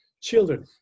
children